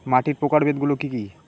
মাটির প্রকারভেদ গুলো কি কী?